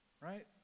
Right